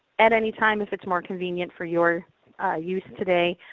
at any time, if it's more convenient for your use today,